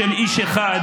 ישראל?